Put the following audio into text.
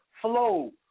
flow